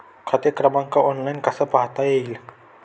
खाते क्रमांक ऑनलाइन कसा पाहता येईल?